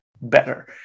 better